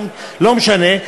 לא משנה,